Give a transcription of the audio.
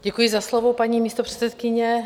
Děkuji za slovo, paní místopředsedkyně.